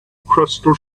crystal